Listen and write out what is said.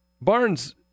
Barnes